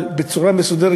אבל בצורה מסודרת,